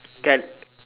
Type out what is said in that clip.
can